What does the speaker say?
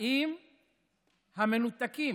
האם המנותקים,